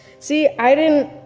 see, i didn't,